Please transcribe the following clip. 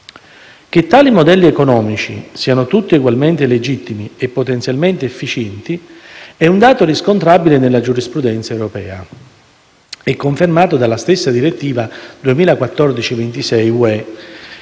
Che tali modelli economici siano tutti ugualmente legittimi e potenzialmente efficienti è un dato riscontrabile nella giurisprudenza europea e confermato dalla stessa direttiva 2014/26/UE,